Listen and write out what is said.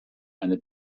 eine